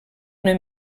una